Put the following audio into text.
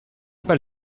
pas